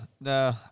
no